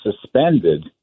suspended